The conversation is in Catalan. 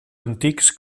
antics